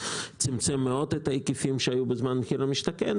וצמצם מאוד את ההיקפים שהיו בזמן מחיר למשתכן,